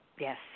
yes